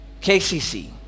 KCC